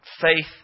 Faith